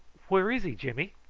where is he, jimmy?